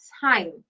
time